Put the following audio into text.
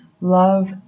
Love